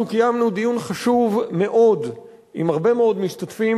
אנחנו קיימנו דיון חשוב מאוד עם הרבה מאוד משתתפים